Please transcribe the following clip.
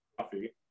coffee